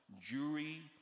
jury